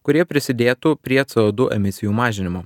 kurie prisidėtų prie c o du emisijų mažinimo